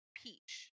peach